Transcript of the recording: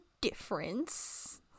difference